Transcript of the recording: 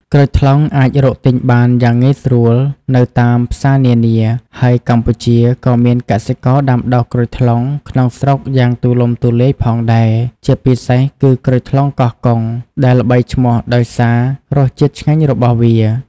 ក្រូចថ្លុងអាចរកទិញបានយ៉ាងងាយស្រួលនៅតាមផ្សារនានា ហើយកម្ពុជាក៏មានកសិករដាំដុះក្រូចថ្លុងក្នុងស្រុកយ៉ាងទូលំទូលាយផងដែរ ជាពិសេសគឺ ក្រូចថ្លុងកោះកុង ដែលល្បីឈ្មោះដោយសាររសជាតិឆ្ងាញ់របស់វា។